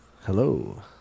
Hello